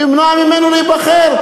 תמנע ממנו להיבחר.